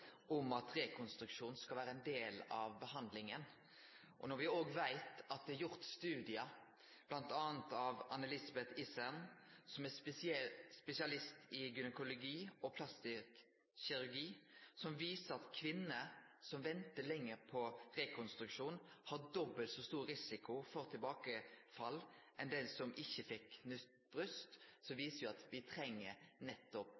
gjort studiar, bl.a. av Anne Elisabeth Isern, som er spesialist i gynekologi og plastisk kirurgi, som viser at kvinner som ventar lenge på rekonstruksjon, har dobbelt så stor risiko for tilbakefall som ho som fekk nytt bryst, viser jo det at me nettopp